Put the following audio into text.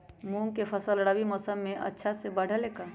मूंग के फसल रबी मौसम में अच्छा से बढ़ ले का?